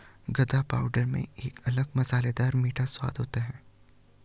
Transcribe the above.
गदा पाउडर में एक अलग मसालेदार मीठा स्वाद होता है